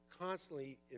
constantly